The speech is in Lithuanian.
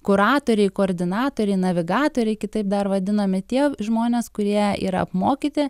kuratoriai koordinatoriai navigatoriai kitaip dar vadinami tie žmonės kurie yra apmokyti